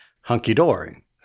hunky-dory